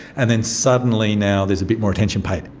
and then suddenly now there's a bit more attention paid.